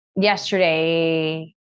yesterday